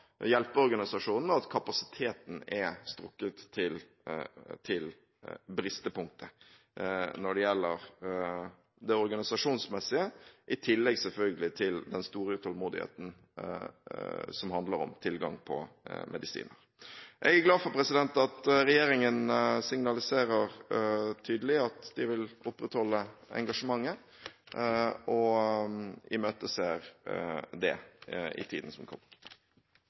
at kapasiteten er strukket til bristepunktet når det gjelder det organisasjonsmessige, i tillegg, selvfølgelig, til den store utålmodigheten som handler om tilgang på medisiner. Jeg er glad for at regjeringen signaliserer tydelig at den vil opprettholde engasjementet og imøteser det i tiden som kommer.